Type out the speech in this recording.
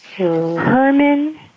Herman